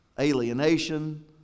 alienation